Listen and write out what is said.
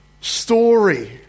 story